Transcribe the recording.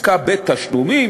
העסקה עסקה בתשלומים,